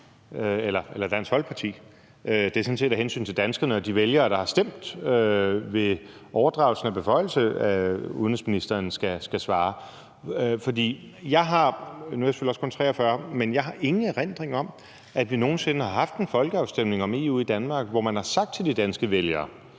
eller Dansk Folkeparti. Det er sådan set af hensyn til danskerne og de vælgere, der har stemt ved overdragelsen af beføjelserne, udenrigsministeren skal svare. Nu er jeg selvfølgelig også kun 43 år, men jeg har ingen erindring om, at vi nogen sinde har haft en folkeafstemning om EU i Danmark, hvor man har sagt til de danske vælgere,